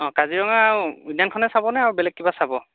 অঁ কাজিৰঙা উদ্যানখনেই চাবনে আৰু বেলেগ কিবা চাব